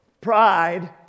pride